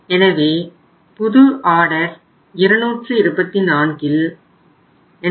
எனவே புது ஆர்டர் 224ல் 85